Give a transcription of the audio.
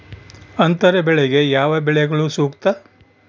ಅಂತರ ಬೆಳೆಗೆ ಯಾವ ಬೆಳೆಗಳು ಸೂಕ್ತ?